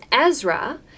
Ezra